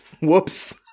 Whoops